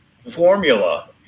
Formula